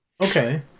Okay